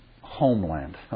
homeland